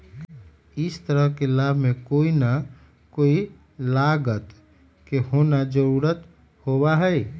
हर तरह के लाभ में कोई ना कोई लागत के होना जरूरी होबा हई